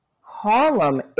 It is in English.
Harlem